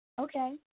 Okay